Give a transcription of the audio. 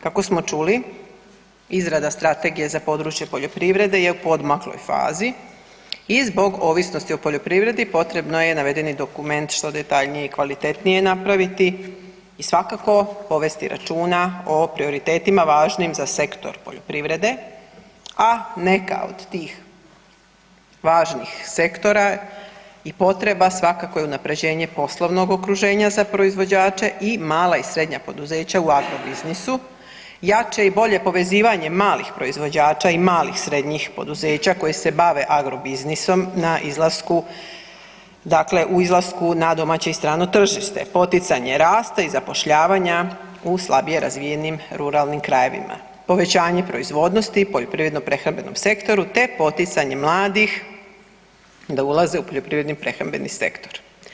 Kako smo čuli izrada Strategije za područje poljoprivrede je u poodmakloj fazi i zbog ovisnosti o poljoprivredi potrebno je navedeni dokument što detaljnije i kvalitetnije napraviti i svakako povesti računa o prioritetima važnim za sektor poljoprivrede a neka od tih važnih sektora i potreba svakako je unapređenje poslovnog okruženja za proizvođače i mala i srednja poduzeća u agrobiznisu, jače i bolje povezivanje malih proizvođača i malih srednjih poduzeća koji se bave agrobiznisom na izlasku, dakle u izlasku na domaće i strano tržište, poticanje rasta i zapošljavanja u slabije razvijenim ruralnim krajevima, povećanje proizvodnosti, poljoprivredno-prehrambenom sektoru te poticanje mladih da ulaze u poljoprivredni prehrambeni sektor.